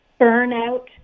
burnout